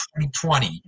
2020